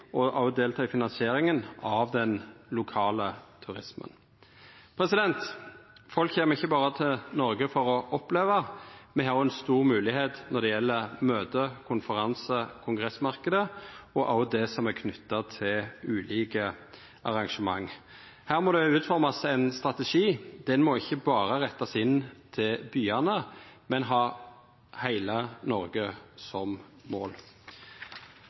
delta i finansieringa av den lokale turismen. Folk kjem ikkje til Noreg for berre å oppleva, me har òg ei stor moglegheit når det gjeld møte-, konferanse- og kongressmarknaden, og også det som er knytt til ulike arrangement. Her må det utformast ein strategi. Han må ikkje berre rettast inn mot byane, men ha heile Noreg som mål.